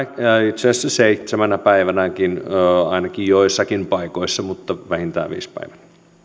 itse asiassa seitsemänäkin päivänä ainakin ainakin joissakin paikoissa mutta vähintään viisi päivää